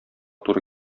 туры